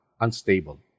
unstable